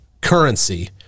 currency